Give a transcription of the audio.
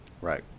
Right